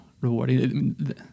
rewarding